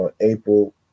April